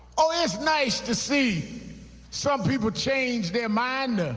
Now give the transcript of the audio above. oh, it's nice to see some people change their mind.